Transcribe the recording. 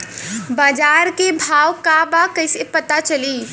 बाजार के भाव का बा कईसे पता चली?